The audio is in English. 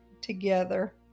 Together